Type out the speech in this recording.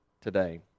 today